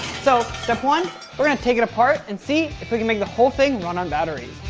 so step one we're gonna take it apart and see if we can make the whole thing run on batteries.